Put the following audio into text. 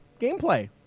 gameplay